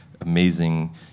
amazing